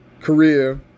career